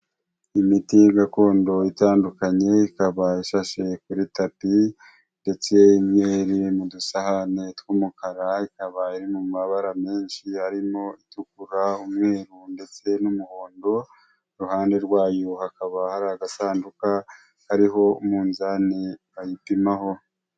Imiti gakondo itandukanye ikaba ishashe kuri tapi ndetse imwe iri mu dusahane tw'umukara, ikaba mu mabara menshi arimo itukura umweru ndetse n'umuhondo, iruhande rwayo hakaba hari agasanduku kariho umunzani bayipimaho.